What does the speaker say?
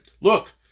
look